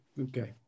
Okay